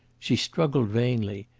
she struggled vainly.